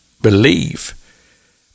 believe